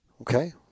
Okay